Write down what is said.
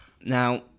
Now